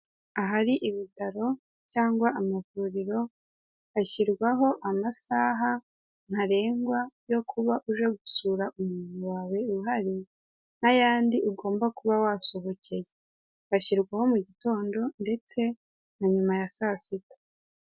Ahari ibitaro cyangwa amavuriro hashyirwaho amasaha ntarengwa yo kuba uje gusura umuntu wawe uhari n'ayandi ugomba kuba wasohokeye ashyirwaho mu gitondo ndetse na nyuma ya saa sita.